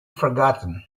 forgotten